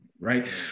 Right